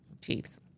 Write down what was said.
chiefs